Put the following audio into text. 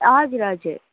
हजुर हजुर